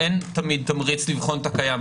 אין תמיד תמריץ לבחון את הקיים.